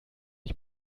ich